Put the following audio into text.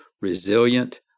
resilient